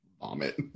Vomit